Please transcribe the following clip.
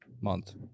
month